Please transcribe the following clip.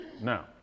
Now